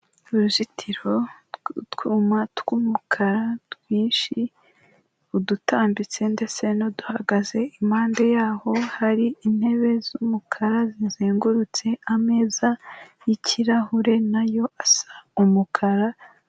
Uruzitiro rw'utwuma tw'umukara twinshi, udutambitse ndetse n'uduhagaze, impande yaho hari intebe z'umukara zizengurutse ameza y'ikirahure nayo asa umukara.